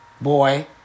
boy